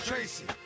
Tracy